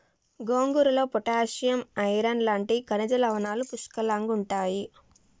గోంగూరలో potassium, iron లాంటి ఖనిజ లవణాలు పుష్కలంగుంటాయి